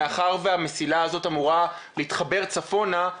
מאחר והמסילה אמורה להתחבר צפונה,